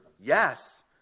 Yes